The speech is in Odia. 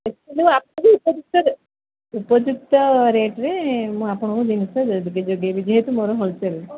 ଏ ସବୁ ଆପଣଙ୍କୁ ଉପଯୁକ୍ତ ରେଟ୍ ଉପଯୁକ୍ତ ରେଟ୍ରେ ମୁଁ ଆପଣଙ୍କୁ ବେନିଫିଟ୍ ଦେଇ ଦେବି ଦେବି ଯେହେତୁ ମୋର ହୋଲ୍ସେଲ୍